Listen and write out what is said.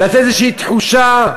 לתת איזושהי תחושה,